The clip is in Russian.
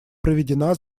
проведена